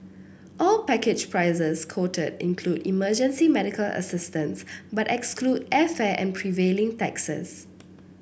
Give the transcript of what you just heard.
all package prices quoted include emergency medical assistance but exclude airfare and prevailing taxes